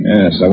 Yes